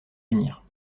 venir